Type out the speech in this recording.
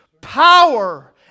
power